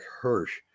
Hirsch